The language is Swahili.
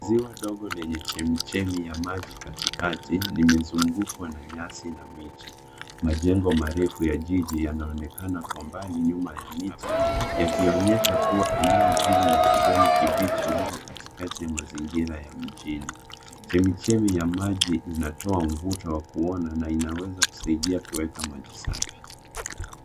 Ziwa dogo lenye chemichemi ya maji katikati limezungukwa na nyasi na miji. Majengo marefu ya jiji yanaonekana kwa mbali nyuma ya miti yakionyesha kuwa eneo hili la kijani kibichi liko katikati ya mazingira ya mjini. Chemichemi ya maji inatoa mvuto wa kuona na inaweza kusaidia kueka maji safi.